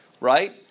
right